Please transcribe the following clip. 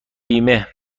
بیمه